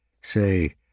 Say